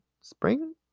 spring